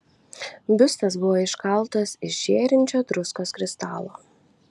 biustas buvo iškaltas iš žėrinčio druskos kristalo